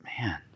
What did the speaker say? Man